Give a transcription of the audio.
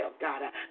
God